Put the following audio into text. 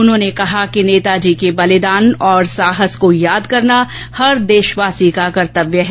उन्होंने कहा कि नेताजी के बलिदान और साहस को याद करना हर देशवासी का कर्तव्य है